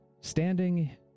standing